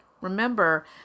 remember